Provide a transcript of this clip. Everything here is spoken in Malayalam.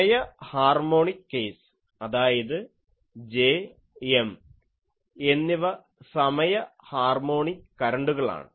സമയ ഹാർമോണിക് കേസ് അതായത് J M എന്നിവ സമയ ഹാർമോണിക് കരണ്ടുകളാണ്